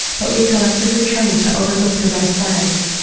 but we collectively chose to overlook the red flags.